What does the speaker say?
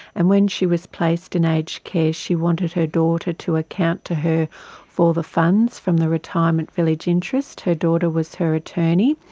and when she was placed in aged care she wanted her daughter to account to her for the funds from the retirement village interest. her daughter was her attorney.